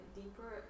deeper